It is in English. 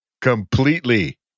Completely